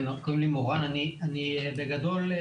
שלום.